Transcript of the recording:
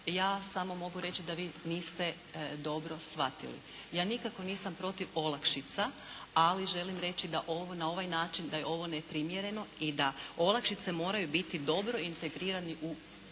ja samo mogu reći da vi niste dobro shvatili. Ja nikako nisam protiv olakšica, ali želim reći da na ovaj način, da je ovo neprimjereno i da olakšice moraju biti dobro integrirani u